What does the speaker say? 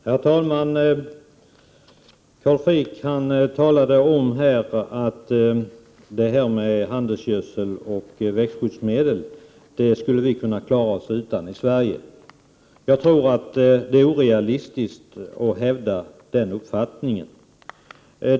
Herr talman! Carl Frick talade här om att vi skulle kunna klara oss utan handelsgödsel och växtskyddsmedel i Sverige. Det är orealistiskt att hävda den uppfattningen.